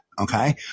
okay